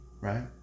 right